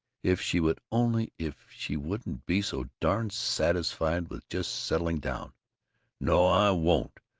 if she would only if she wouldn't be so darn satisfied with just settling down no! i won't!